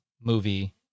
movie